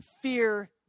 Fear